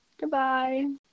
Goodbye